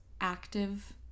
active